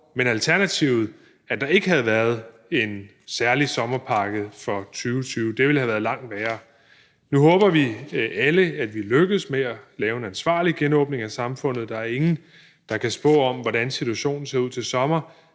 men alternativet, altså at der ikke havde været en særlig sommerpakke for 2020, ville have været langt værre. Nu håber vi alle, at vi lykkes med at lave en ansvarlig genåbning af samfundet, og der er ingen, der kan spå om, hvordan situationen ser ud til sommer,